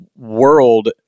world